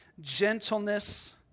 gentleness